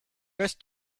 best